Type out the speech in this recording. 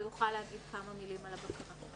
הוא יוכל להגיד כמה מילים על הבקרה.